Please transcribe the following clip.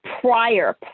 prior